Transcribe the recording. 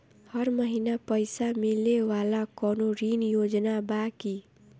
हर महीना पइसा मिले वाला कवनो ऋण योजना बा की?